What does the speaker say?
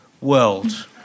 world